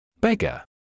Beggar